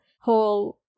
whole